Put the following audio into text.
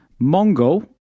Mongo